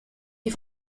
die